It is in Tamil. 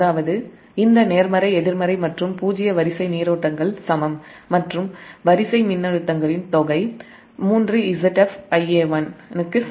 அதாவது இந்த நேர்மறை எதிர்மறை மற்றும் பூஜ்ஜிய வரிசை நீரோட்டங்கள் சமம் மற்றும் வரிசை மின்னழுத்தங்களின் தொகை 3 Zf Ia1 க்கு சமம்